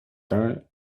torn